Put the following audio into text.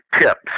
tips